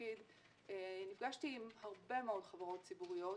בתפקיד נפגשתי עם הרבה מאוד חברות ציבוריות,